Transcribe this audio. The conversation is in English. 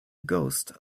ghost